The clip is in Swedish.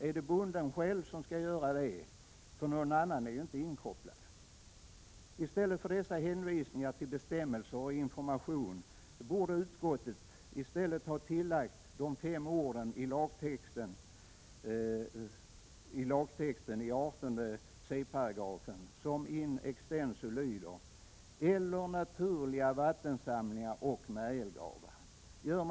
Skall bonden själv göra det — någon annan är ju inte inkopplad? I stället för dessa hänvisningar till bestämmelser och information borde utskottet ha tillagt följande fem ord i lagtexten 18 c§ ”eller naturliga vattensamlingar och märgelgravar”.